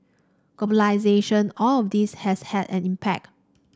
globalisation all of this has had an impact